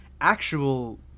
actual